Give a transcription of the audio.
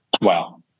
Wow